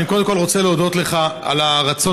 אני קודם כול רוצה להודות לך על הרצון